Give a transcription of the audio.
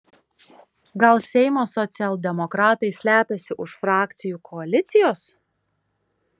gal seimo socialdemokratai slepiasi už frakcijų koalicijos